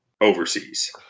overseas